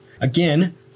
Again